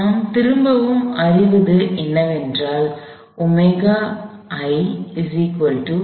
நாம் திரும்பவும் அறிவது என்னவென்றால் ωi 0